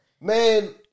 Man